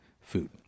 food